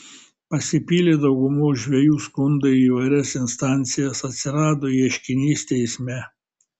pasipylė daugumos žvejų skundai į įvairias instancijas atsirado ieškinys teisme